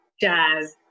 jazz